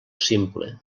simple